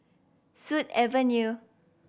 Sut Avenue